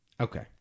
Okay